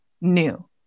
new